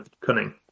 cunning